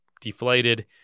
deflated